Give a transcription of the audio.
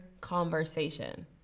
conversation